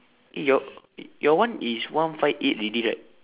your your one is one five eight already right